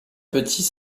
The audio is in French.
petit